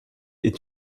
est